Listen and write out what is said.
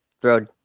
throw –